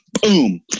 boom